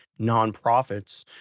nonprofits